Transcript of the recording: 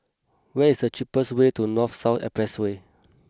what is the cheapest way to North South Expressway